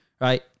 right